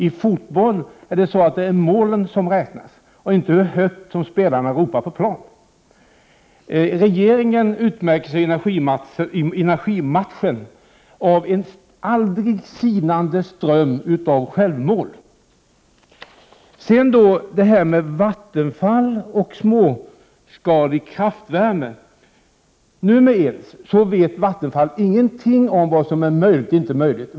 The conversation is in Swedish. I fotboll är det målen som räknas, inte hur högt spelarna ropar på planen. Regeringen utmärker sig i energimatchen med en aldrig sinande ström av självmål. Numera vet tydligen Vattenfall ingenting om vad som är möjligt och inte möjligt i fråga om småskalig kraftvärme.